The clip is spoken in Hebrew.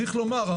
צריך לומר,